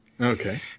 Okay